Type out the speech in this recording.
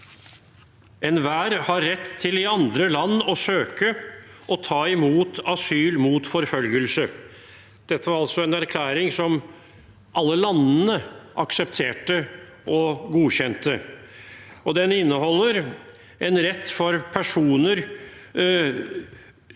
«Enhver har rett til i andre land å søke og ta imot asyl mot forfølgelse.» Dette var en erklæring som alle landene aksepterte og godkjente. Den inneholder en rett for personer